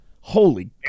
Holy